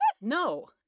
No